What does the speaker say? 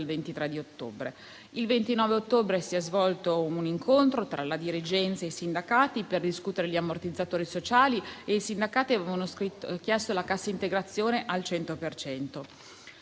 23 ottobre. Il 29 ottobre si è svolto un incontro tra la dirigenza e i sindacati per discutere gli ammortizzatori sociali e i sindacati avevano chiesto la cassa integrazione al 100